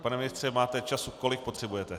Pan ministře, máte času, kolik potřebujete.